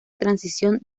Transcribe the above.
transición